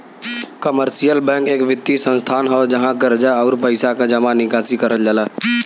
commercial bank एक वित्तीय संस्थान हौ जहाँ कर्जा, आउर पइसा क जमा निकासी करल जाला